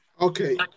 Okay